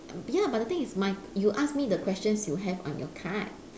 ya but the thing is my you ask me the questions you have on your card